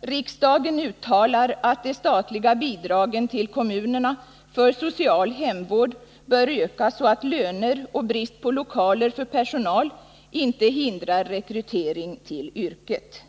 ”riksdagen uttalar att de statliga bidragen till kommunerna för social hemvård bör ökas så att löner och brist på lokaler för personal inte hindrar rekrytering till yrket”.